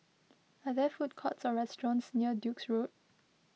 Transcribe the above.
are there food courts or restaurants near Duke's Road